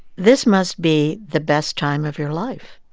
this must be the best time of your life.